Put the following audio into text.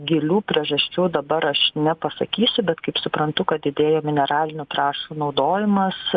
gilių priežasčių dabar aš nepasakysiu bet kaip suprantu kad didėja mineralinių trąšų naudojimas